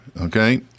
Okay